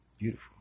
Beautiful